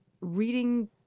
reading